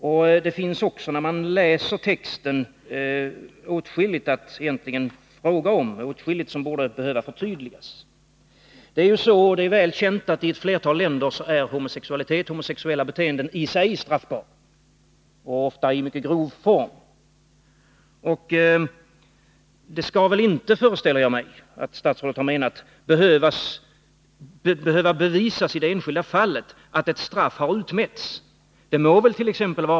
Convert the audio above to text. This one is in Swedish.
Och när man läser texten upptäcker man att det finns åtskilligt att fråga om och åtskilligt som behöver förtydligas. Det är väl känt att homosexualitet och homosexuella beteenden i ett flertal länder i sig är någonting straffbart — och bestraffningen sker ofta i mycket grov form. Jag föreställer mig att statsrådet inte har menat att det i det enskilda fallet skall behöva bevisas att ett straff har utmätts.